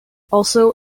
also